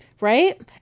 right